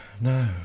no